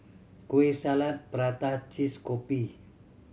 Kueh Salat prata cheese kopi